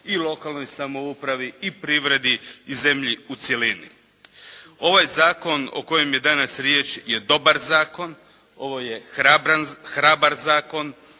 i lokalnoj samoupravi, i privredi, i zemlji u cjelini. Ovaj zakon o kojem je danas riječi je dobar zakon, ovo je hrabar zakon.